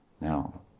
now